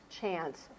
chance